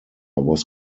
was